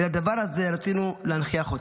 את הדבר הזה, רצינו להנכיח אותו.